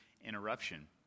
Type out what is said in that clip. interruption